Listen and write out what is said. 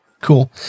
cool